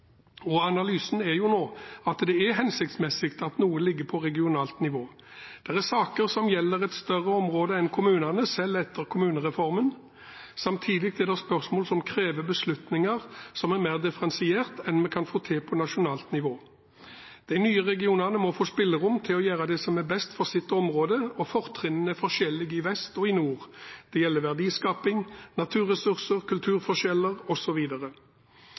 og analysen viser nå at det er hensiktsmessig at noe ligger på regionalt nivå. Det er saker som gjelder et større område enn kommunene, selv etter kommunereformen. Samtidig er det spørsmål som krever beslutninger som er mer differensierte enn vi kan få til på nasjonalt nivå. De nye regionene må få spillerom til å gjøre det som er best for sitt område, og fortrinnene er forskjellige i vest og i nord, det gjelder verdiskaping, naturressurser, kulturforskjeller